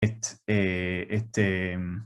את, אהה, את, אהה...